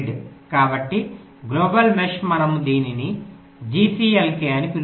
కాబట్టి global mesh మనము దీనిని GCLK అని పిలుస్తాము